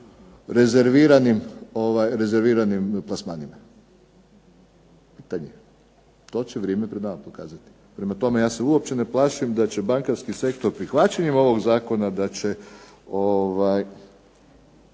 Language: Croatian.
rezerviranim plasmanima. To će vrijeme pred nama pokazati. Prema tome, ja se uopće ne plašim da će bankarski sektor prihvaćanjem ovog zakona da će